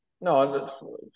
No